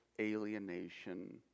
alienation